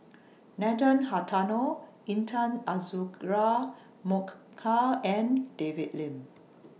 Nathan Hartono Intan Azura Mokhtar and David Lim